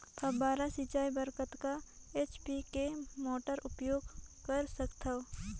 फव्वारा सिंचाई बर कतका एच.पी के मोटर उपयोग कर सकथव?